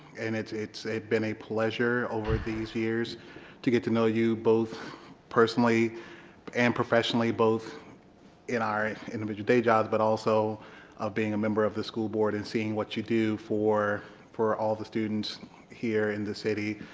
and it's it's been a pleasure over these years to get to know you both personally but and professionally, both in our individual day jobs but also of being a member of the school board and seeing what you do for for all the students here in the city.